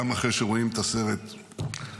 גם אחרי שרואים את הסרט הנורא,